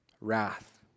Wrath